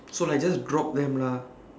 so like just drop them lah